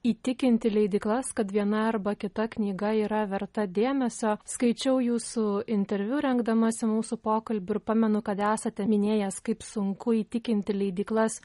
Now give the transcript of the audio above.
įtikinti leidyklas kad viena arba kita knyga yra verta dėmesio skaičiau jūsų interviu rengdamasi mūsų pokalbiu ir pamenu kad esate minėjęs kaip sunku įtikinti leidyklas